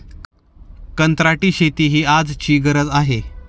कंत्राटी शेती ही आजची गरज आहे